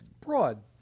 Broad